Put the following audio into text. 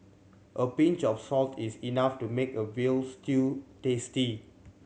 a pinch of salt is enough to make a veal stew tasty